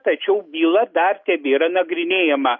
tačiau byla dar tebėra nagrinėjama